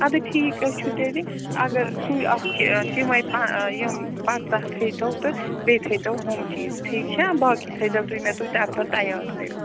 ادٕ ٹھیٖکھے چھُ تیٚلہِ اگر سُے اکھ تِمَے یِم پنٛژاہ تھٲے تو تہٕ بیٚیہِ تھٲتو ہُم چیٖز ٹھیٖک چھا باقی تھٲے زیو تُہۍ مےٚ تُہۍ تَمہِ دۄہ تیار تیٚلہِ